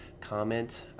comment